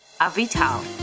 Avital